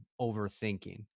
overthinking